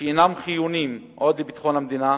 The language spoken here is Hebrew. שאינם חיוניים עוד לביטחון המדינה.